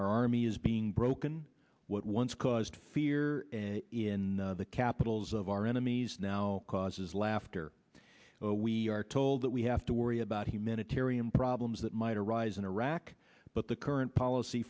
our army is being broken what once caused fear in the capitals of our enemies now causes laughter we are told that we have to worry about humanitarian problems that might arise in iraq but the current policy